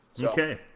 Okay